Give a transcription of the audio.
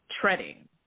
treading